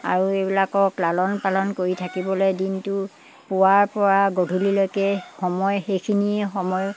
আৰু এইবিলাকক লালন পালন কৰি থাকিবলৈ দিনটো পোৱাৰপৰা গধূলিলৈকে সময় সেইখিনিয়ে সময়